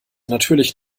natürlich